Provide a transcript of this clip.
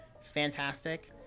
Fantastic